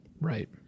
Right